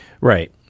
right